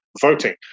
voting